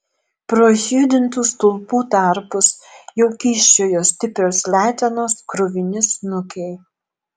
pro išjudintų stulpų tarpus jau kyščiojo stiprios letenos kruvini snukiai